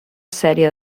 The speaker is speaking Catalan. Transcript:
sèrie